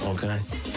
Okay